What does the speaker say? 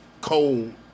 cold